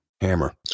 hammer